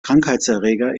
krankheitserreger